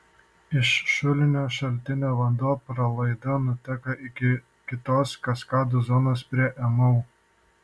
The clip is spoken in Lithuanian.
iš šulinio šaltinio vanduo pralaida nuteka iki kitos kaskadų zonos prie mo